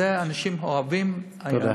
את זה אנשים אוהבים, תודה.